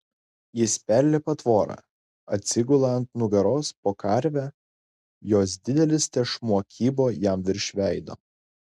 jis perlipa tvorą atsigula ant nugaros po karve jos didelis tešmuo kybo jam virš veido